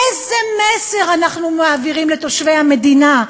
איזה מסר אנחנו מעבירים לתושבי המדינה,